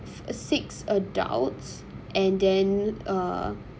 six adults and then uh